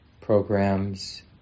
programs